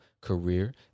career